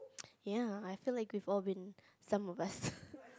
ya I feel like we've all been some of us